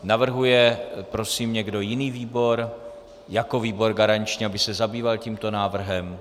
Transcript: Navrhuje prosím někdo jiný výbor jako výbor garanční, aby se zabýval tímto návrhem?